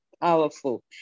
powerful